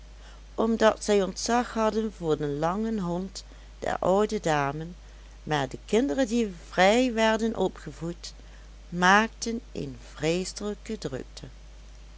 omdat zij ontzag hadden voor den langen hond der oude dame maar de kinderen die vrij werden opgevoed maakten een vreeselijke drukte